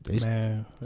man